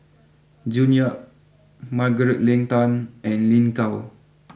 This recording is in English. June Yap Margaret Leng Tan and Lin Gao